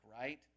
right